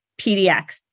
PDX